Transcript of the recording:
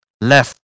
left